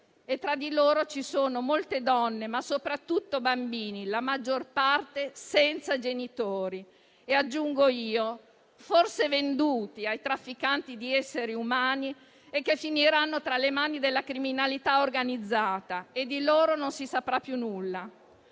tra di loro ci sono molte donne, ma soprattutto bambini, la maggior parte senza genitori e - aggiungo io - forse venduti ai trafficanti di esseri umani e che finiranno tra le mani della criminalità organizzata; di loro non si saprà più nulla.